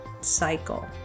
cycle